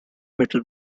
metal